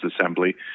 assembly